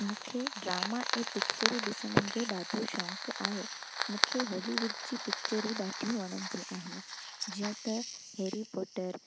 मूंखे ड्रामा ऐं पिचरूं ॾिसण जो ॾाढो शौक़ु आहे मूंखे हॉलीवुड जी पिचरूं ॾाढियूं वणंदियूं आइन जीअं त हैरी पोटर